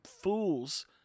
fools